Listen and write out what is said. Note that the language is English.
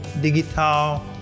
digital